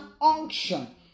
unction